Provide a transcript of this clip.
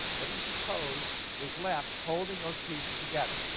what do you suppose is left holding those pieces together?